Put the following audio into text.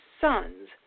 sons